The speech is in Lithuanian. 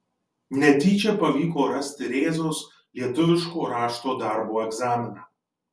netyčia pavyko rasti rėzos lietuviško rašto darbo egzaminą